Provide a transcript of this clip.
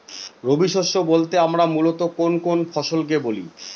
রবি শস্য বলতে আমরা মূলত কোন কোন ফসল কে বলি?